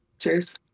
Cheers